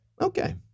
Okay